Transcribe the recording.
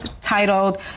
titled